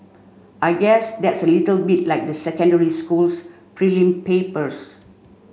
I guess that's a bit like the secondary school's prelim papers